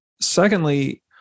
Secondly